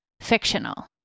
fictional